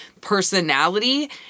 personality